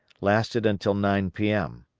lasted until nine p m.